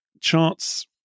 charts